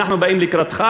אנחנו באים לקראתך,